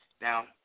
Now